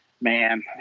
man